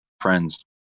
friends